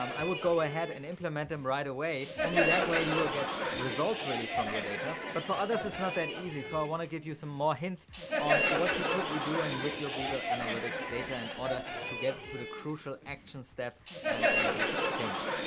um i would go ahead and implement them right away only that way you will get results really from your data but for others it's not that easy, so i wanna give you some more hints on what you could be doing with your google analytics data in order to get to the crucial action step and impact change.